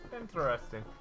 Interesting